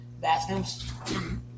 bathrooms